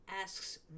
asks